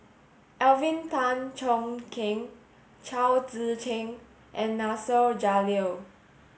Alvin Tan Cheong Kheng Chao Tzee Cheng and Nasir Jalil